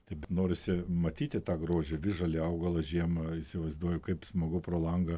taip norisi matyti tą grožį visžalį augalą žiemą įsivaizduoju kaip smagu pro langą